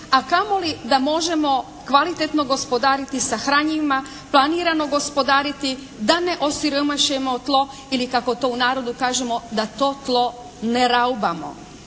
a kamoli da možemo kvalitetno gospodariti sa hranjivima, planirano gospodariti da ne osiromašimo tlo ili kako to u narodu kažemo da to tlo ne raubamo.